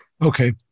Okay